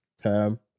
term